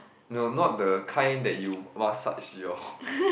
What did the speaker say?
no not the kind that you massage your